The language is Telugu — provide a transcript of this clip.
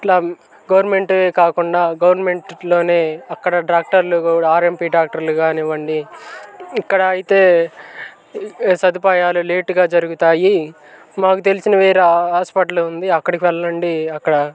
ఇట్లా గవర్నమెంటే కాకుండా గవర్నమెంట్లో అక్కడ డాక్టర్లు కూడా ఆర్ఎంపీ డాక్టర్లు కానివ్వండి ఇక్కడ అయితే సదుపాయాలు లేటుగా జరుగుతాయి మాకు తెలిసిన వేరే హాస్పటల్ ఉంది అక్కడికి వెళ్ళండి అక్కడ